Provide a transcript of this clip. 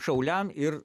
šauliam ir